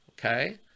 okay